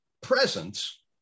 presence